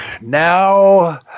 Now